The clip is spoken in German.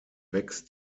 wächst